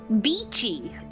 beachy